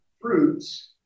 fruits